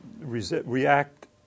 react